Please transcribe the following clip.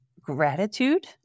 gratitude